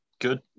good